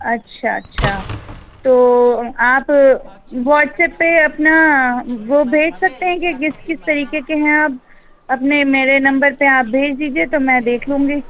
اچھا اچھا تو آپ واٹس ایپ پہ اپنا وہ بھیج سکتے ہیں کہ گس کس طریقے کے ہیں آپ اپنے میرے نمبر پہ آپ بھیج دیجیے تو میں دیکھ لوں گی